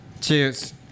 Cheers